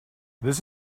this